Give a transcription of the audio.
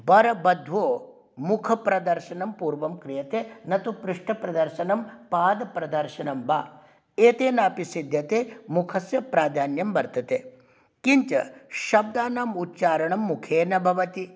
वरवध्वोः मुखप्रदर्शनं पूर्वं क्रियते न तु पृष्ठप्रदर्शनं पादप्रदर्शनं वा एतेन अपि सिध्यते मुखस्य प्राधान्यं वर्तते किञ्च शब्दानां उच्चारणं मुखेन भवति